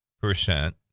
percent